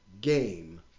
game